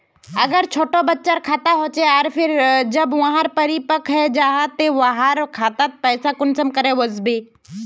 अगर छोटो बच्चार खाता होचे आर फिर जब वहाँ परिपक है जहा ते वहार खातात पैसा कुंसम करे वस्बे?